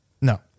no